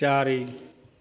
चारि